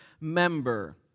member